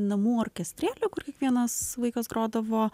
namų orkestrėlį kur kiekvienas vaikas grodavo